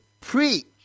preach